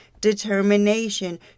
determination